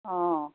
অঁ